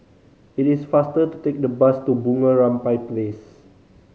it is faster to take the bus to Bunga Rampai Place